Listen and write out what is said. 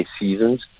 seasons